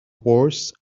worth